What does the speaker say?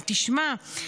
אבל תשמע,